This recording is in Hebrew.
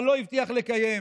אבל לא הצליח לקיים.